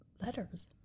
letters